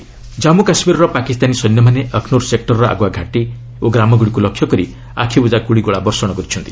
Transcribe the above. JK ceasefire Jammu କାଶ୍ମୀରରେ ପାକିସ୍ତାନୀ ସୈନ୍ୟମାନେ ଅଖ୍ନୁର୍ ସେକ୍ଟରର ଆଗୁଆ ଘାଟି ଓ ଗ୍ରାମଗୁଡ଼ିକୁ ଲକ୍ଷ୍ୟ କରି ଆଖିବୁଜା ଗୁଳିଗୋଳା ବର୍ଷଣ କରିଛନ୍ତି